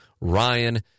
Ryan